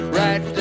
right